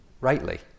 rightly